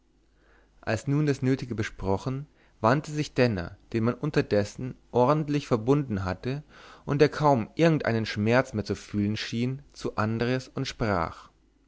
als nun das nötige besprochen wandte sich denner den man unterdessen ordentlich verbunden hatte und der kaum irgend einen schmerz mehr zu fühlen schien zu andres und sprach